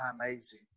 amazing